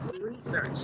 research